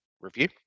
review